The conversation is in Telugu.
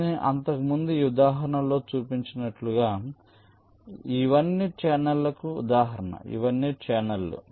నేను ఇంతకు ముందు ఆ ఉదాహరణలో చూపించినట్లుగా ఇవన్నీ ఛానెల్లకు ఉదాహరణలు ఇవన్నీ ఛానెల్లు